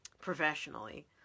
professionally